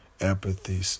apathy